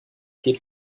geht